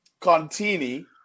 Contini